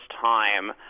time